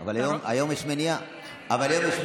אבל היום יש מניעה.